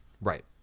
Right